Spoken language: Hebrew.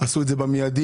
עשו את זה במיידי,